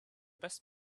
best